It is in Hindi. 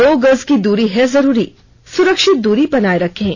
दो गज की दूरी है जरूरी सुरक्षित दूरी बनाए रखें